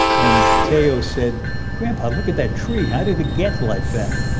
and tejo said, grandpa, look at that tree. how did it get like that?